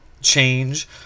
change